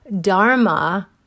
Dharma